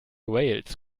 wales